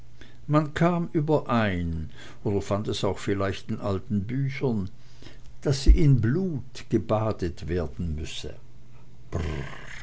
man kam überein oder fand es auch vielleicht in alten büchern daß sie in blut gebadet werden müsse